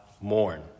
mourn